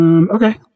Okay